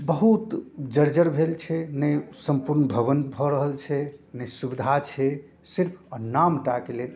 बहुत जर्जर भेल छै नहि सम्पूर्ण भवन भऽ रहल छै नहि सुविधा छै सिर्फ नामटाके लेल